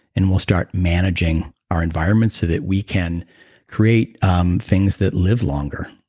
and we'll start managing our environment so that we can create um things that live longer.